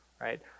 right